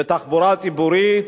בתחבורה ציבורית,